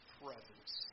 presence